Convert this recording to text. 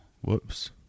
Whoops